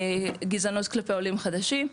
גזענות כלפי עולים חודשים,